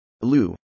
Lou